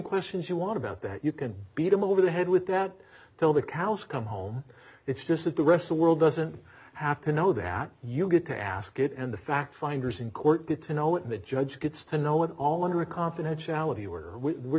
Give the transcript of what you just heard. questions you want about that you can beat him over the head with that till the cows come home it's just that the rest the world doesn't have to know that you get to ask it and the fact finders in court get to know it the judge gets to know it all under confidentiality where we were